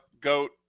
GOAT